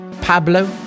Pablo